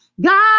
god